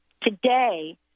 Today